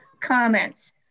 comments